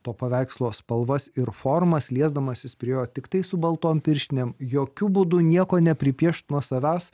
to paveikslo spalvas ir formas liesdamasis prie jo tiktai su baltom pirštinėm jokiu būdu nieko nepripiešt nuo savęs